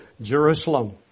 Jerusalem